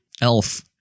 elf